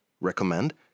recommend